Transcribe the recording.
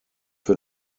für